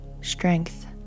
strength